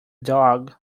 dog